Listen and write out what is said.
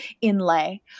inlay